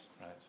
Right